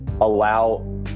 allow